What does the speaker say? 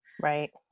right